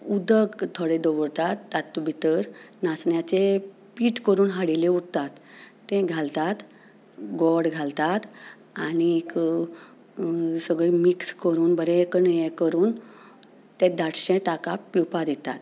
उदक थोडें दवरतात तातूंत भितर नाचण्यांचें पीठ करून हाडिल्लें उरता तें घालतात गोड घालतात आनीक सगळें मिक्स करून बरें करून ये करून तें दाटशें ताका पिवपाक दितात